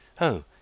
Oh